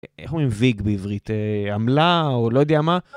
איך אומרים ויג בעברית? עמלה או לא יודע מה?